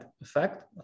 effect